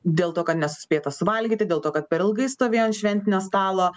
dėl to kad nesuspėta suvalgyti dėl to kad per ilgai stovėjo ant šventinio stalo